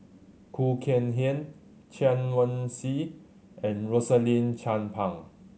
Khoo Kay Hian Chen Wen Hsi and Rosaline Chan Pang